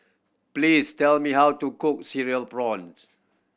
please tell me how to cook Cereal Prawns